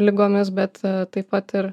ligomis bet taip pat ir